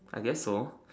I guess so